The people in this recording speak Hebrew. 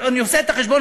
אני עושה את החשבון,